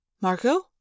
Marco